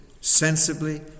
sensibly